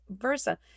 versa